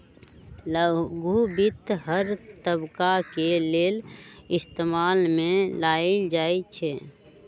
लघु वित्त हर तबका के लेल इस्तेमाल में लाएल जाई छई